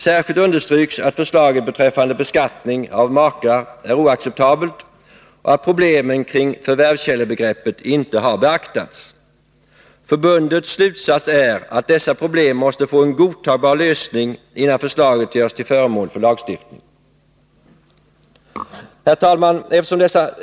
Särskilt understryks att förslaget beträffande beskattning av makar är oacceptabelt och att problemen kring förvärvskällebegreppet inte har beaktats. Förbundets slutsats är, att dessa problem måste få en godtagbar lösning innan förslaget görs till föremål för lagstiftning. Herr talman!